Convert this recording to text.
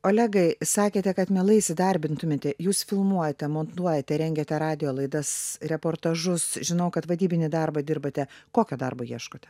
olegai sakėte kad mielai įsidarbintumėte jūs filmuojate montuojate rengiate radijo laidas reportažus žinau kad vadybinį darbą dirbate kokio darbo ieškote